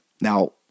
Now